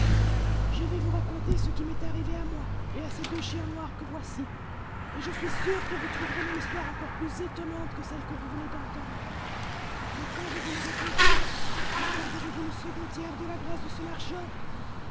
je vais vous raconter ce qui m'est arrivé à moi et à ces deux chiens noirs que voici et je suis sûr que vous trouverez mon histoire encore plus étonnante que celle que vous venez d'entendre mais quand je vous l'aurai contée maccorderez vous le second tiers de la grâce de ce marchand